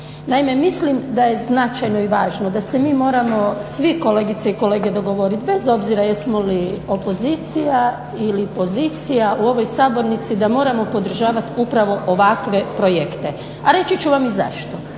Naime, mislim da je značajno i važno da se mi svi moramo dogovoriti kolegice i kolege dogovoriti bez obzira jesmo li pozicija ili opozicija u ovoj sabornici da moramo podržavati upravo ovakve projekte. A reći ću vam i zašto.